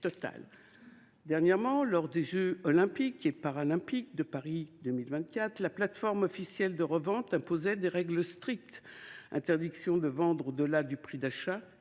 Dernièrement, lors des jeux Olympiques et Paralympiques de Paris 2024, la plateforme officielle de revente imposait des règles strictes : interdiction de vendre au delà du prix d’achat